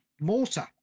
Mortar